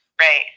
Right